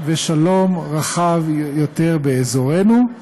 ושלום רחב יותר באזורנו.